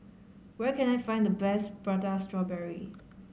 where can I find the best Prata Strawberry